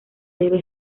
debe